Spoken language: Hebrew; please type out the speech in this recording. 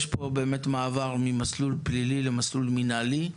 יש פה באמת מעבר ממסלול פלילי למסלול מינהלי,